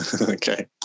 Okay